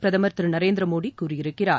பிரதமர் திரு நரேந்திர மோடி கூறியிருக்கிறார்